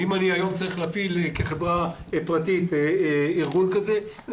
אם היום אני צריך להפעיל כחברה פרטית ארגון כזה אני